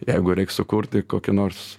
jeigu reik sukurti kokį nors